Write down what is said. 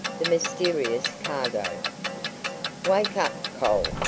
the mysterious cargo wake up, cole!